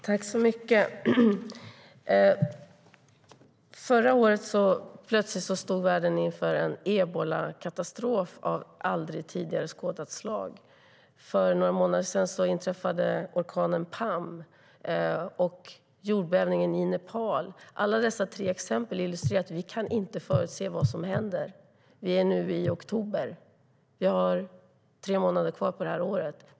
Herr talman! Förra året stod världen plötsligt inför en ebolakatastrof av aldrig tidigare skådat slag. För några månader sedan inträffade orkanen Pam och jordbävningen i Nepal. Alla dessa tre exempel illustrerar att vi inte kan förutse vad som händer. Vi är nu i oktober. Vi har tre månader kvar av det här året.